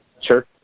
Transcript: sure